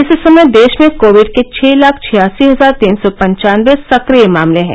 इस समय देश में कोविड के छह लाख छियासी हजार तीन सौ पंचानबे सक्रिय मामले हैं